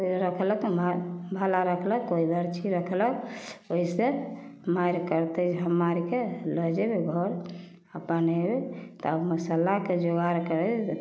कोइ रखलक भाला रखलक कोइ बरछी ओहिसे मारि करतै जे हँ मारिके लऽ जेबै घर अऽ बनेबै तब मसल्लाके जोगाड़ करबै